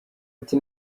ati